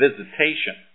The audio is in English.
visitation